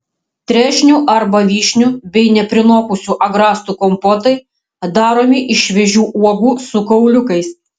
trešnių arba vyšnių bei neprinokusių agrastų kompotai daromi iš šviežių uogų su kauliukais